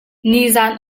nizaan